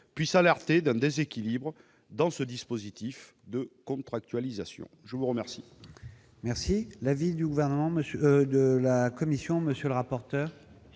puisse alerter d'un déséquilibre dans le dispositif de contractualisation. Quel